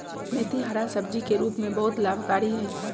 मेथी हरा सब्जी के रूप में बहुत लाभकारी हई